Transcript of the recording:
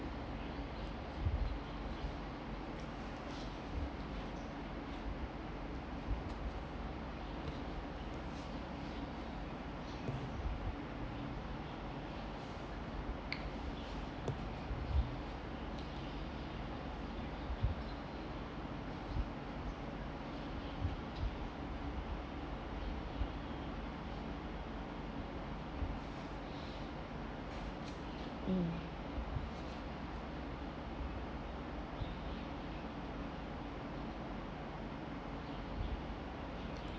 mm